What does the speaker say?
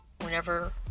whenever